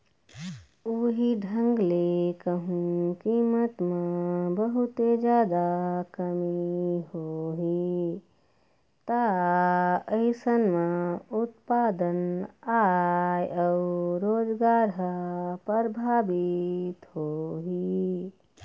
उहीं ढंग ले कहूँ कीमत म बहुते जादा कमी होही ता अइसन म उत्पादन, आय अउ रोजगार ह परभाबित होही